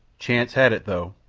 chance had it, though,